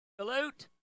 Salute